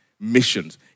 missions